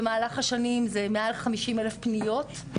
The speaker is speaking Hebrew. במהלך השנים זה מעל 50 אלף פניות לשנה.